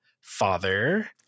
Father